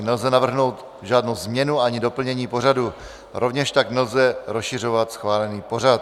Nelze navrhnout žádnou změnu na doplnění pořadu, rovněž tak nelze rozšiřovat schválený pořad.